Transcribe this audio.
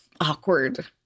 awkward